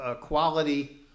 quality